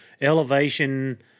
elevation